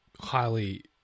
highly